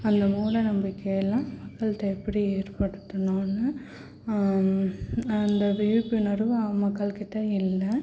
அந்த மூடநம்பிக்கையெல்லாம் மக்கள்கிட்ட எப்படி ஏற்படுத்தனும்னு அந்த விழிப்புணர்வு மக்கள்கிட்ட இல்லை